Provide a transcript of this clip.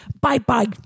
Bye-bye